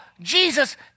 Jesus